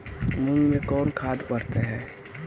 मुंग मे कोन खाद पड़तै है?